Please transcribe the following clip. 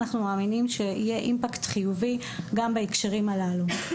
אנחנו מאמינים שיהיה אימפקט חיובי גם בהקשרים הללו.